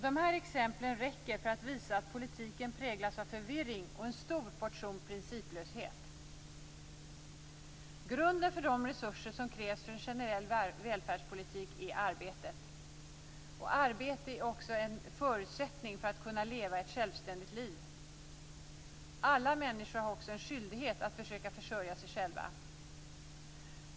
Dessa exempel räcker för att visa att politiken präglats av förvirring och en stor portion principlöshet. Grunden för de resurser som krävs för en generell välfärdspolitik är arbetet. Arbete är också en förutsättning för att kunna leva ett självständigt liv. Alla människor har också en skyldighet att försöka försörja sig själva.